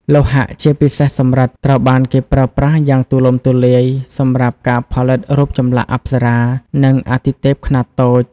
លោហៈ ជាពិសេសសំរិទ្ធ ត្រូវបានគេប្រើប្រាស់យ៉ាងទូលំទូលាយ សម្រាប់ការផលិតរូបចម្លាក់អប្សរា និងអាទិទេពខ្នាតតូច។